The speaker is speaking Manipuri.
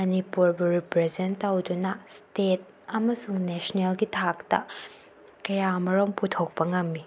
ꯃꯅꯤꯄꯨꯔꯕꯨ ꯔꯤꯄ꯭ꯔꯖꯦꯟ ꯇꯧꯗꯨꯅ ꯏꯁꯇꯦꯠ ꯑꯃꯁꯨꯡ ꯅꯦꯁꯅꯦꯜꯒꯤ ꯊꯥꯛꯇ ꯀꯌꯥ ꯃꯔꯨꯝ ꯄꯨꯊꯣꯛꯄ ꯉꯝꯃꯤ